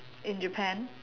in Japan